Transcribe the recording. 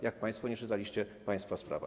Jak państwo nie czytaliście, państwa sprawa.